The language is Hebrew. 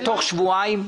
בתוך שבועיים?